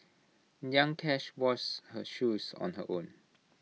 young cash washed her shoes on her own